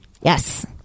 Yes